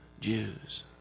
Jews